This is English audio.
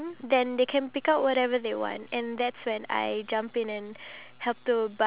but it's not vibrant and why is the sheep not white